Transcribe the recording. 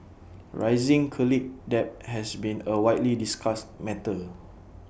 rising colleague debt has been A widely discussed matter